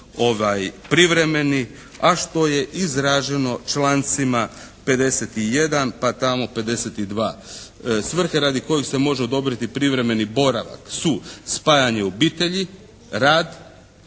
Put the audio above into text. privremeni, a što je izraženo člancima 51., pa tamo 52. Svrhe radi kojih se može odobriti privremeni boravak su: spajanje obitelji, rad,